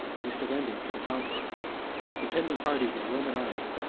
they surrendered to the conqueror the contending parties of the roman army,